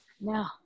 Now